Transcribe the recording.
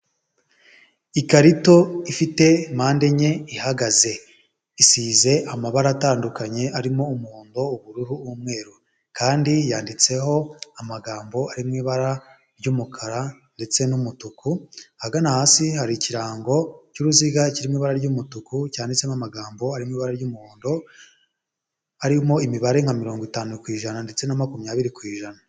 Ikarito ifite mpande enye ihagaze isize amabara atandukanye arimo umuhondo, ubururu n'umweru kandi yanditseho amagambo arimo ibara ry'umukara ndetse n'umutuku, ahagana hasi hari ikirango cy'uruziga kirimo ibara ry'umutuku cyanditsemo amagambo arimo ibara ry'umuhondo arimo imibare nka mirongo itanu ku ijana ndetse na makumyabiri ku ijana.